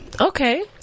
Okay